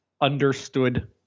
understood